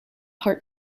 heart